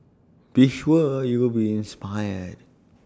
be sure you'll be inspired